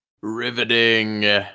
Riveting